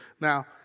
Now